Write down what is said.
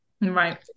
Right